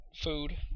food